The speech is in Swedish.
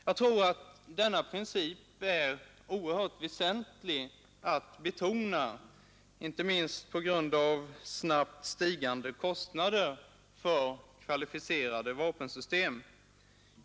Jag tror att det är oerhört väsentligt att betona denna princip, inte minst på grund av snabbt stigande kostnader för kvalificerade vapensystem.